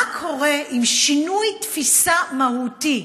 מה קורה עם שינוי תפיסה מהותי?